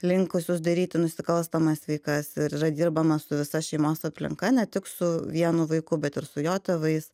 linkusius daryti nusikalstamas veikas ir yra dirbama su visa šeimos aplinka ne tik su vienu vaiku bet ir su jo tėvais